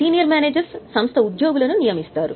senior managers సంస్థ ఉద్యోగులను నియమిస్తారు